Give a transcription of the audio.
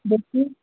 देखिए